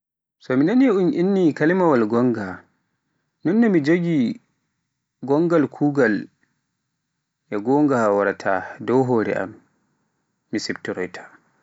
So mi naani un inni kalimawaal gonga, nonno mi jogi gongaal kuugal e gonga waarata dow hoore am mi siftoroyta.